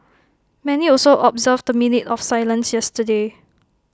many also observed A minute of silence yesterday